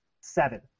seven